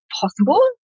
possible